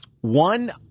One